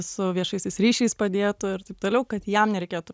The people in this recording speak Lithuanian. su viešaisiais ryšiais padėtų ir taip toliau kad jam nereikėtų